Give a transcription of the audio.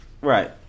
right